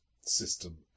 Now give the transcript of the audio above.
system